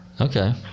Okay